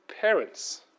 parents